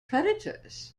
predators